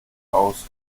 aus